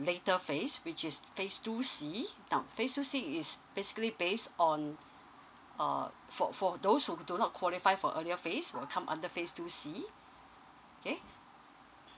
later phase which is phase two C now phase two C is basically base on uh for for those who do not qualify for earlier phase will come under phase two C okay